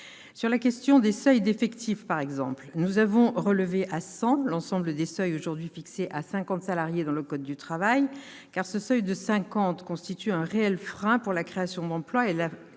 Sur la question des seuils d'effectifs, par exemple, nous avons relevé à cent l'ensemble des seuils aujourd'hui fixés à cinquante salariés dans le code du travail, un niveau qui constitue un réel frein à la création d'emplois et à la